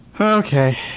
Okay